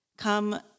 Come